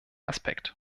aspekt